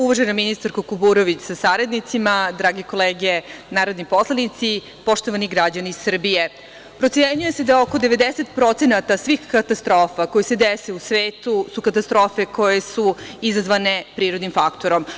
Uvažena ministarko Kuburović sa saradnicima, drage kolege narodni poslanici, poštovani građani Srbije, procenjuje se da oko 90% svih katastrofa koje se dese u svetu su katastrofe koje su izazvane prirodnim faktorom.